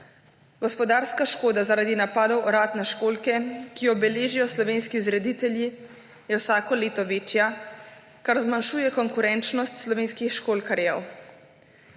Gospodarska škoda zaradi napadov orad na školjke, ki jo beležijo slovenski vzreditelji, je vsako leto večja, kar zmanjšujejo konkurenčnost slovenskih školjkarjev.